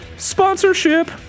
Sponsorship